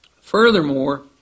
furthermore